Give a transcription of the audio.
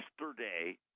yesterday